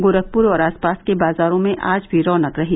गोरखपुर और आसपास के बाजारों में आज भी रौनक रही